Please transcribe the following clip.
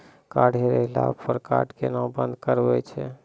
Card हेरैला पर card केना बंद करबै छै?